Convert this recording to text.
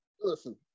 Listen